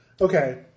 Okay